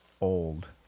old